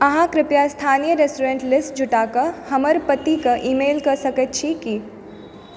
अहाँ कृपया स्थानीय रेस्टोरेन्ट लिस्ट जुटाकऽ हमर पतिकऽ ई मेल कऽ सकैत छी की